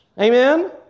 Amen